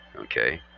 okay